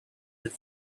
that